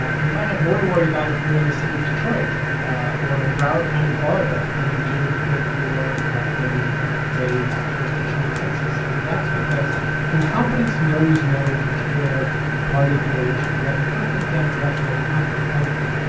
ah you might have more to worry about if you're in the city of detroit or in broward county, florida, than you do if you're in a jurisdiction in texas. and that's because incompetence knows no particular party affiliation. we have incompetent democrats, we have incompetent republicans,